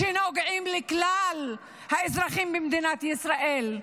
שנוגעות לכלל האזרחים במדינת ישראל,